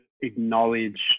acknowledge